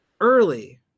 early